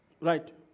right